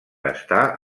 estar